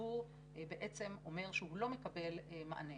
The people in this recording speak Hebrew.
הציבור אומר שהוא לא מקבל מענה.